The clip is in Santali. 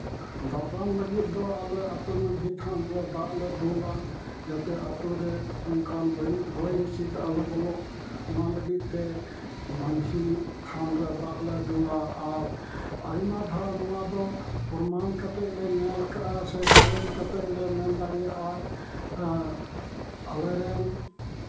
ᱫᱟᱯᱨᱟᱢ ᱞᱟᱹᱜᱤᱫ ᱫᱚ ᱟᱞᱮ ᱟᱹᱛᱩ ᱢᱟᱹᱡᱷᱤ ᱛᱷᱟᱱ ᱨᱮ ᱫᱟᱜ ᱞᱮ ᱫᱩᱞᱟ ᱡᱟᱛᱮ ᱟᱹᱛᱩ ᱨᱮ ᱚᱱᱠᱟᱱ ᱵᱟᱹᱲᱤᱡ ᱦᱚᱭ ᱦᱤᱸᱥᱤᱫ ᱟᱞᱚ ᱵᱚᱞᱚᱜ ᱚᱱᱟ ᱞᱟᱹᱜᱤᱫ ᱛᱮ ᱢᱟᱹᱡᱷᱤ ᱛᱷᱟᱱ ᱨᱮ ᱫᱟᱜ ᱞᱮ ᱫᱩᱞᱟ ᱟᱨ ᱟᱭᱢᱟ ᱫᱷᱟᱣ ᱱᱚᱣᱟᱫᱚ ᱯᱨᱚᱢᱟᱱ ᱠᱟᱛᱮᱫ ᱞᱮ ᱧᱮᱞ ᱠᱟᱜᱼᱟ ᱥᱮ ᱪᱮᱞᱮᱡᱽ ᱠᱟᱛᱮᱫ ᱞᱮ ᱢᱮᱱ ᱫᱟᱲᱮᱭᱟᱜᱼᱟ ᱟᱞᱮ ᱨᱮᱱ